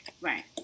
Right